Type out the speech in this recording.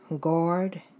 guard